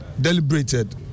deliberated